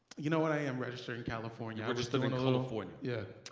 you know what, i am registered in california. registered in california. yeah,